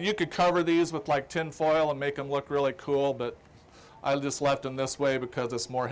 you could cover these with like tin foil and make them look really cool but i'll just left in this way because it's more